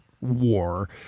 War